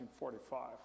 1945